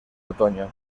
otoño